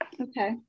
Okay